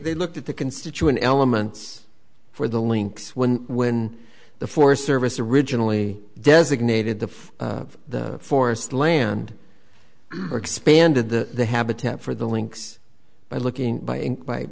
they looked at the constituent elements for the links when when the forest service originally designated the forest land or expanded the habitat for the links by looking